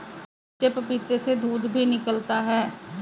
कच्चे पपीते से दूध भी निकलता है